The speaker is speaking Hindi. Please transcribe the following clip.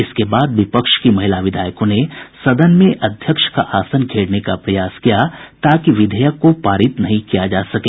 इसके बाद विपक्ष की महिला विधायकों ने सदन में अध्यक्ष का आसन घेरने का प्रयास किया ताकि विधेयक को पारित नहीं किया जा सके